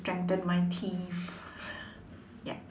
strengthen my teeth ya